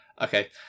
Okay